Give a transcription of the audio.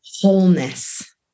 wholeness